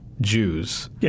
Jews